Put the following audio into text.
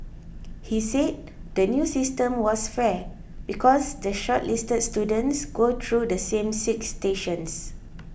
he said the new system was fair because the shortlisted students go through the same six stations